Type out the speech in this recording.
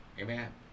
Amen